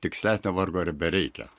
tikslesnio vargu ar bereikia